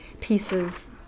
pieces